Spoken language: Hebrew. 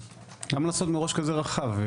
למה לעשות מראש כזה רחב?